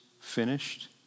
finished